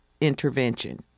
intervention